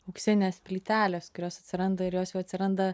auksinės plytelės kurios atsiranda ir jos jau atsiranda